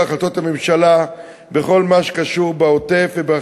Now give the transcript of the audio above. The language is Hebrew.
החלטות הממשלה בכל מה שקשור בעוטף-עזה,